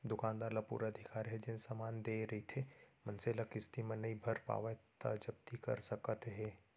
दुकानदार ल पुरा अधिकार हे जेन समान देय रहिथे मनसे ल किस्ती म नइ भर पावय त जब्ती कर सकत हे